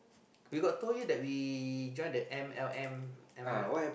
we got told you that we join the M_L_M am I right or not